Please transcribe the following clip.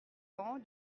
bancs